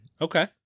Okay